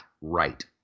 right